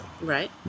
Right